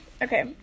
Okay